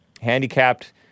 handicapped